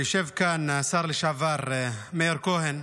יושב כאן השר לשעבר מאיר כהן,